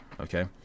Okay